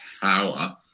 power